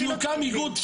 שיוקם איגוד,